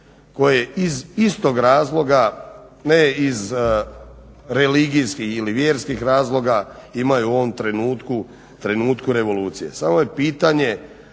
koje iz istog razloga, ne iz religijskih ili vjerskih razloga imaju u ovom trenutku revolucije. Samo je pitanje